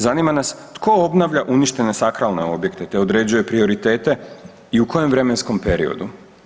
Zanima nas tko obnavlja uništene sakralne objekte te određuje prioritete i u kojem vremenskom periodu?